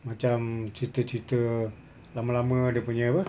macam cerita cerita lama lama dia punya apa